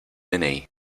mini